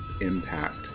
impact